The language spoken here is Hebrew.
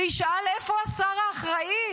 וישאל איפה השר האחראי,